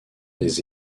des